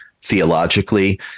theologically